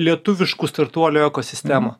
lietuviškų startuolių ekosistemą